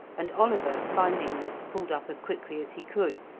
and oliver, finding this, pulled up as quickly as he could,